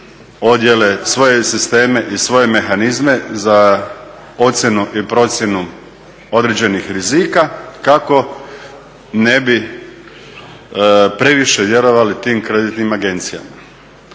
odjele, svoje sisteme i svoje mehanizme za ocjenu i procjenu određenih rizika kako ne bi previše vjerovali tim kreditnim agencijama.